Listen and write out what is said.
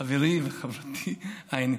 חברי וחברתי, הינה,